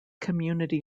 community